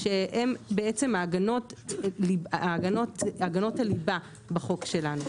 הם בעצם הגנות הליבה בחוק שלנו.